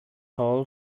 hall